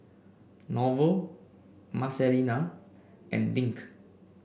Norval Marcelina and Dink